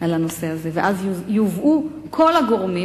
על הנושא הזה, ואז יובאו כל הגורמים.